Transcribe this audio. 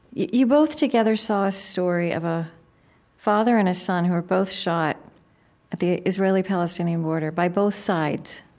you both, together, saw a story of a father and a son who were both shot at the israeli-palestinian border by both sides.